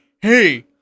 hey